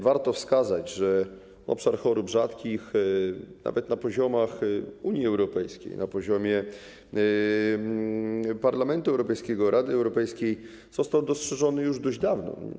Warto wskazać, że obszar chorób rzadkich, nawet na poziomach Unii Europejskiej, na poziomie Parlamentu Europejskiego, Rady Europejskiej, został dostrzeżony już dość dawno.